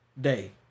day